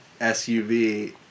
SUV